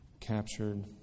Captured